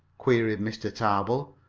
queried mr. tarbill.